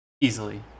Easily